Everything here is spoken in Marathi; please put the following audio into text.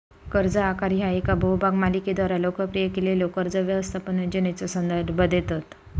कर्ज आहार ह्या येका बहुभाग मालिकेद्वारा लोकप्रिय केलेल्यो कर्ज व्यवस्थापन योजनेचो संदर्भ देतत